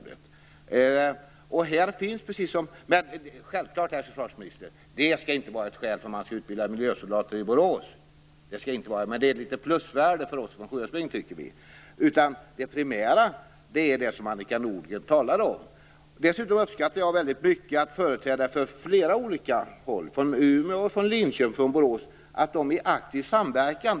Det skall självfallet inte vara ett skäl för att utbilda miljösoldater i Borås, men det är ett litet plus för oss i Sjuhäradsbygden. Det primära här är i stället det som Annika Nordgren talar om. Dessutom uppskattar jag mycket att företrädare från flera olika håll - från Umeå, Linköping och Borås - agerar i aktiv samverkan.